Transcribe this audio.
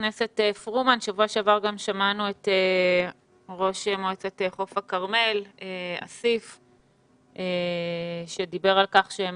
בשבוע שעבר שמענו את ראש מועצת חוף הכרמל שדיבר על כך שהם